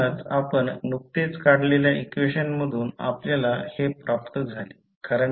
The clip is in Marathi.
म्हणूनच आपण नुकतेच काढलेल्या इक्वेशन मधून आपल्याला हे प्राप्त झाले